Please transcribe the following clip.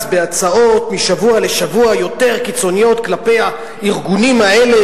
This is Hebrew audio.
בהצעות משבוע לשבוע יותר קיצוניות כלפי הארגונים האלה,